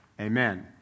Amen